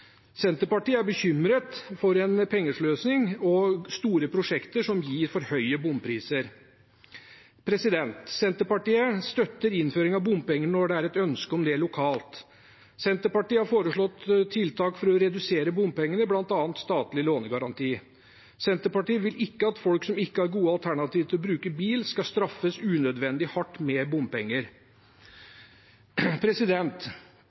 Senterpartiet er bekymret for pengesløsing og store prosjekter som gir for høye bompriser. Senterpartiet støtter innføring av bompenger når det er et ønske om det lokalt. Senterpartiet har foreslått tiltak for å redusere bompengene, bl.a. statlig lånegaranti. Senterpartiet vil ikke at folk som ikke har gode alternativ til å bruke bil, skal straffes unødvendig hardt med bompenger.